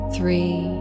Three